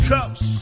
Cups